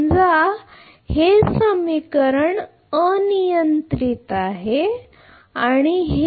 समजा हे समीकरण अनियंत्रित आहे